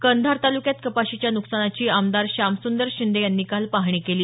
कंधार तालुक्यात कपाशीच्या नुकसानाची आमदार श्यामसुदर शिंदे यांनी काल पाहणी केली